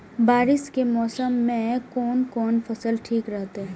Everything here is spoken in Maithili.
बारिश के मौसम में कोन कोन फसल ठीक रहते?